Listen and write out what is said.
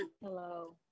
Hello